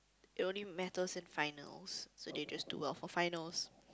it only matters in finals so they just do well for finals